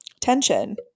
tension